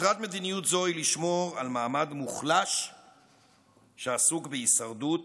מטרת מדיניות זו היא לשמור על מעמד מוחלש שעסוק בהישרדות,